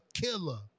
killer